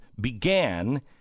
began